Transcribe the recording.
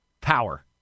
power